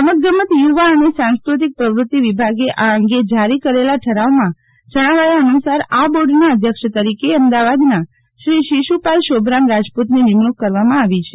રમત ગમત યુવા અને સાંસ્કૃતિક પ્રવૃતિ વિભાગે આ અંગે જારી કરેલા ઠરાવમાં જણાવ્યા અનુસાર આ બોર્ડના અધ્યક્ષ તરીકે અમદાવાદના શ્રી શીશપાલ શોભરામ રાજપુતની નિમણુંક કરવામાં આવી છે